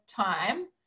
time